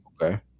okay